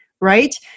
right